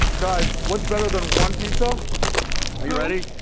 guys, what's better than one pizza? are you ready?